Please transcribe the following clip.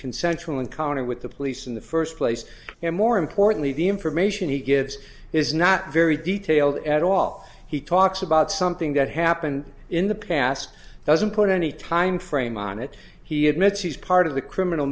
consensual encounter with the police in the first place and more importantly the information he gives is not very detailed at all he talks about something that happened in the past doesn't put any time frame on it he admits he's part of the criminal